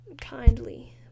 kindly